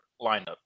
lineup